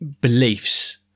beliefs